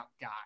guy